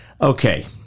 Okay